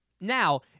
now